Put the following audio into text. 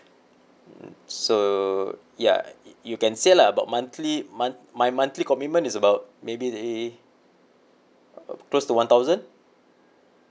so ya you can say lah about monthly month my monthly commitment is about maybe say uh close to one thousand